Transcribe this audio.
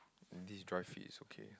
and this dri fit is okay